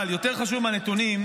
אבל יותר חשוב מהנתונים,